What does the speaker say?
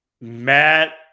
Matt